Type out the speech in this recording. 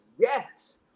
yes